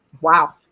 Wow